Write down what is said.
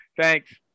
Thanks